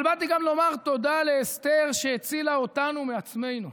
אבל באתי גם לומר תודה לאסתר שהצילה אותנו מעצמנו.